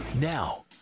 Now